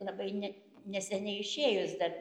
labai ne neseniai išėjus dar